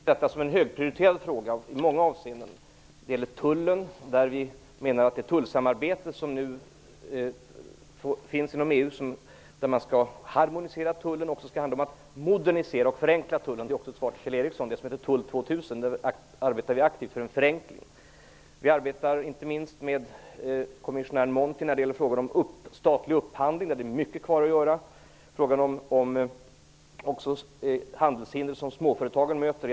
Fru talman! Självfallet kan Bo Könberg få det. Jag trodde att min taletid var ute. Vi arbetar med detta som en högprioriterad fråga och i många avseenden. Det gäller tullen. Vi menar att det tullsamarabete som nu finns inom EU, där man skall harmonisera tullen, också skall handla om att modernisera och förenkla tullen. Det är också ett svar till Kjell Ericsson. Det heter Tull 2000. Vi arbetar aktivt för en förenkling. Vi arbetar inte minst med kommissionären Monti när det gäller frågan om statlig upphandling. Där finns mycket kvar att göra, och det finns det också vad gäller frågan om handelshinder som småföretagen möter.